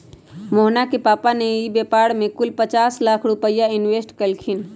मोहना के पापा ने ई व्यापार में कुल पचास लाख रुपईया इन्वेस्ट कइल खिन